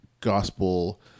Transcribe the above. gospel